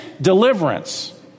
deliverance